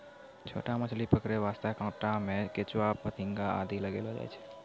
छोटो मछली पकड़ै वास्तॅ कांटा मॅ केंचुआ, फतिंगा आदि लगैलो जाय छै